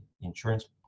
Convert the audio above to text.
insurance